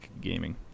gaming